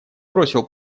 бросил